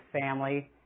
family